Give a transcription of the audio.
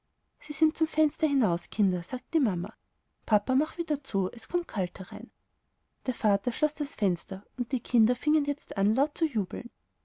sie sind zum fenster hinaus kinder sagte die mama papa mache wieder zu es kommt kalt herein der vater schloß das fenster und die kinder fingen jetzt laut zu jubeln